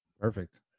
Perfect